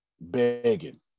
begging